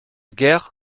guerre